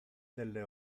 delle